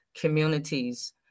communities